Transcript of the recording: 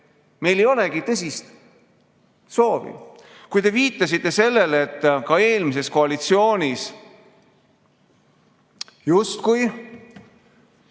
meil ei olegi tõsist soovi. Te viitasite sellele, et eelmises koalitsioonis justkui